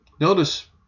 notice